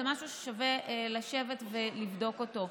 זה משהו ששווה לשבת ולבדוק אותו.